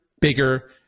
bigger